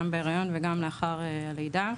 גם בהיריון וגם לאחר הלידה.